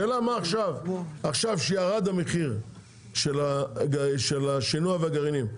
השאלה מה עכשיו, שירד המחיר של השינוע והגרעינים.